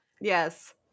yes